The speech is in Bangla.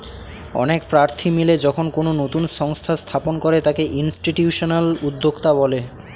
অনেক প্রার্থী মিলে যখন কোনো নতুন সংস্থা স্থাপন করে তাকে ইনস্টিটিউশনাল উদ্যোক্তা বলে